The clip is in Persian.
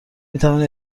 میتوانند